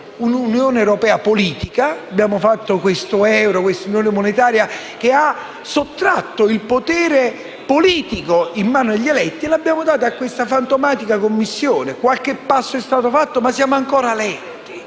un'Unione europea politica, ma abbiamo fatto l'euro, una unione monetaria, che ha sottratto il potere politico in mano agli eletti e l'abbiamo dato a una fantomatica Commissione. Qualche passo è stato fatto, ma siamo ancora lenti